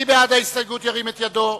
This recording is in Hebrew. מי בעד ההסתייגות, ירים את ידו.